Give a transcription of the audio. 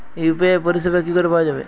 UPI পরিষেবা কি করে পাওয়া যাবে?